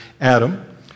Adam